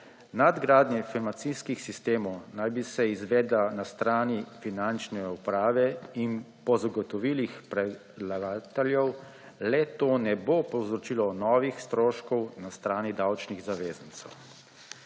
Nadgradnja informacijskih sistemov naj bi se izvedla na strani finančne uprave in po zagotovilih predlagateljev le-to ne bo povzročilo novih stroškov na strani davčnih zavezancev.